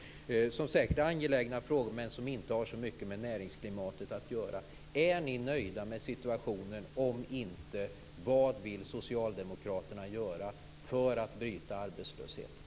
Det är säkert angelägna frågor, men det har inte så mycket med näringsklimatet att göra. Är ni nöjda med situationen? Om inte, vad vill socialdemokraterna göra för att bryta arbetslösheten?